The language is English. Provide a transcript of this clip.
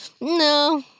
no